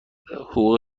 حقوق